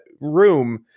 room